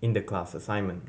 in the class assignment